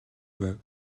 байв